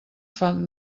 fan